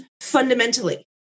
fundamentally